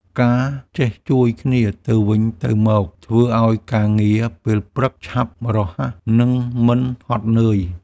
ការចេះជួយគ្នាទៅវិញទៅមកធ្វើឱ្យការងារពេលព្រឹកឆាប់រហ័ស និងមិនហត់នឿយ។